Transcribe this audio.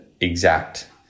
exact